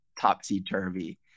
topsy-turvy